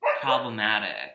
problematic